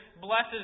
blesses